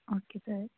okay sir